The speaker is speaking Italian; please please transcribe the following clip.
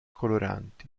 coloranti